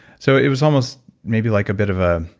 so it was almost maybe like a bit of a.